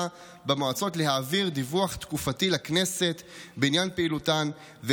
במועצות להעביר דיווח תקופתי לכנסת בעניין פעילותן,